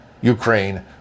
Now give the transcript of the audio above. Ukraine